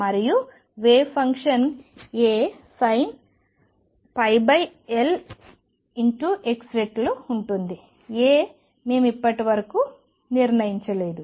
మరియు wave function A sin L x రెట్లు ఉంటుంది A మేము ఇప్పటివరకు నిర్ణయించలేదు